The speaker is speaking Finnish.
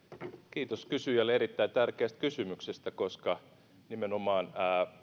kiitos kysyjälle erittäin tärkeästä kysymyksestä koska nimenomaan